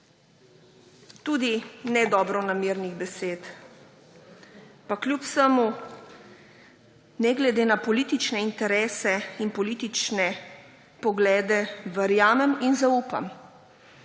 tudi nedobronamernih besed, pa kljub vsemu ne glede na politične interese in politične poglede verjamem in zaupam,